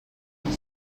bona